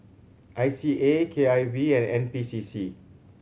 I C A K I V and N P C C